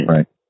Right